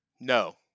No